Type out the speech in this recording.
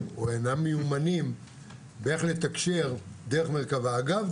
או אינם מיומנים באיך לתקשר דרך מרכב"ה אגב,